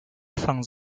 anfangen